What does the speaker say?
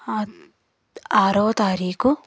ఆరో తారీకు